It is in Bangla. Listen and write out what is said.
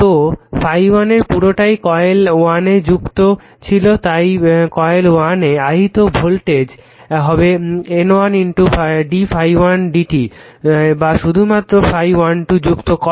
তো ∅1 এর পুরটাই কয়েল 1 এ যুক্ত ছিলো তাই কয়েল 1 এর আহিত ভোল্টেজ হবে N 1 d ∅1 dt বা শুধুমাত্র ∅1 2 যুক্ত কয়েল